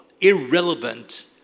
irrelevant